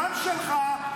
גם שלך,